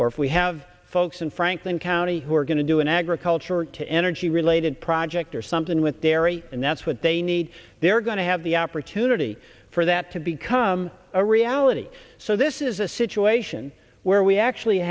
or if we have folks in franklin county who are going to do an agricultural to energy related project or something with dairy and that's what they need they're going to have the opportunity for that to become a reality so this is a situation where we actually